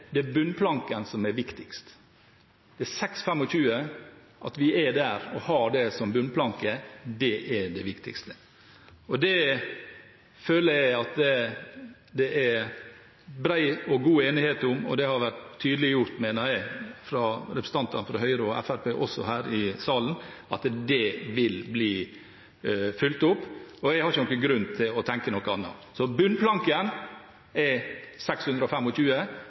er det bunnplanken som er viktigst. At vi har 625 mill. kr som bunnplanke, er det viktigste. Det føler jeg at det er bred og god enighet om. Det har også blitt tydeliggjort, mener jeg, av representantene fra Høyre og Fremskrittspartiet her i salen – dette vil bli fulgt opp. Jeg har ingen grunn til å tro noe annet. Så bunnplanken er